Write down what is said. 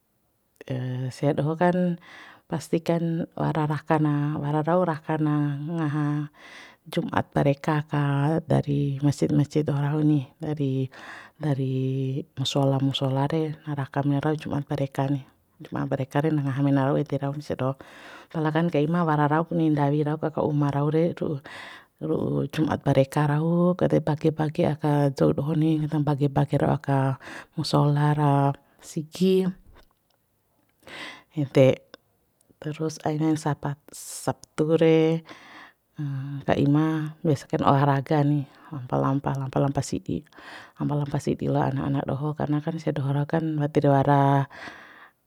sia doho kan pasti kan wara raka na wara rau raka na ngaha jum'at ta re ka ka dari mesjid mesjid doho rau ni dari dari musola musola re na raka mena rau jum'at bareka ni jum'a bareka re na ngaha mena rau ede rau sia doho pala kan ka ima wara rauk ni ndawi rauk aka uma rau re ru'u ru'u jum'at bareka rau kade bage bage aka dou doho ni bage bage rau aka musolah ra sigi ede terus ainain sapa sabtu re ka ima biasa kain olah raga ni lampa lampa lampa lampa sidi lampa lampa sidi la'o ana ana doho karna kan sia doho rau kan watid wara